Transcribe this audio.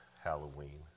Halloween